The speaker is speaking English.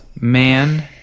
man